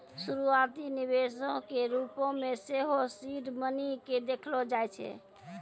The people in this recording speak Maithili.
शुरुआती निवेशो के रुपो मे सेहो सीड मनी के देखलो जाय छै